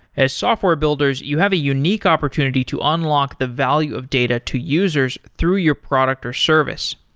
as software builders, you have a unique opportunity to unlock the value of data to users through your product or service.